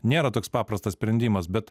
nėra toks paprastas sprendimas bet